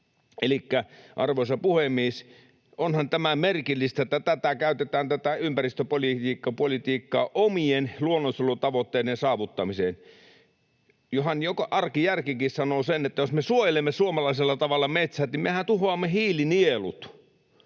Elikkä, arvoisa puhemies, onhan tämä merkillistä, että tätä ympäristöpolitiikkaa käytetään omien luonnonsuojelutavoitteiden saavuttamiseen. Johan arkijärkikin sanoo sen, että jos me suojelemme suomalaisella tavalla metsät, niin mehän tuhoamme hiilinielut.